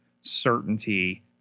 certainty